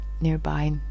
nearby